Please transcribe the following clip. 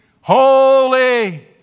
holy